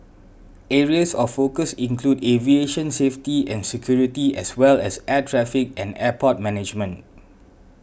areas of focus include aviation safety and security as well as air traffic and airport management